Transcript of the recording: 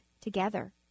together